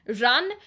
run